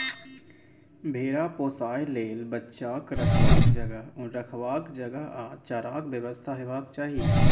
भेरा पोसय लेल बच्चाक रखबाक जगह, उन रखबाक जगह आ चाराक बेबस्था हेबाक चाही